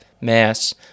mass